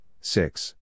six